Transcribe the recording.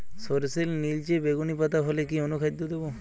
সরর্ষের নিলচে বেগুনি পাতা হলে কি অনুখাদ্য দেবো?